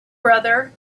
brother